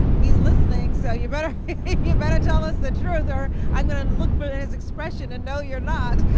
he's listening, so you better yeah but tell us the truth, or i'm going to and look for and his expression and know you're not.